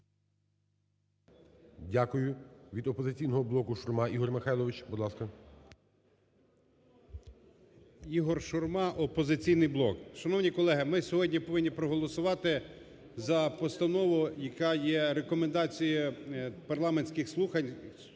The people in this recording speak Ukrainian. Дякую. Від "Опозиційного блоку" – Шурма Ігор Михайлович. Будь ласка. 12:55:23 ШУРМА І.М. Ігор Шурма, "Опозиційний блок". Шановні колеги, ми сьогодні повинні проголосувати за постанову, яка є, Рекомендації парламентських слухань,